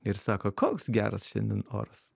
ir sako koks geras šiandien oras